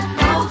no